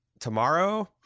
tomorrow